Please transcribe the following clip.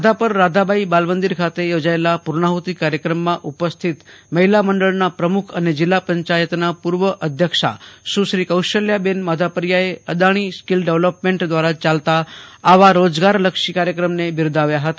માધાપર રાધાબાઈ બાલમંદિર ખાતે યોજાયેલા પૂર્ણાહુતિ કાર્યક્રમમાં ઉપસ્થિત મહિલા મંડળનાં પ્રમુખ અને જીલ્લા પંચાયતના પૂર્વ અધ્યક્ષા સુશ્રી કૌશલ્યાબહેન માધાપરીયાએ અદાણી સ્કિલ ડેવલોપમેન્ટ દ્વારા ચાલતા આવા રોજગારલક્ષી કાર્યક્રમને બિરદાવ્યા હતા